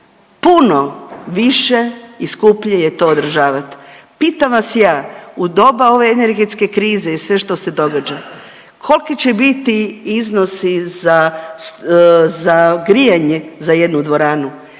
puno više i skuplje je to održavat. Pitam vas ja u doba ove energetske krize i sve što se događa kolki će biti iznosi za, za grijanje za jednu dvoranu,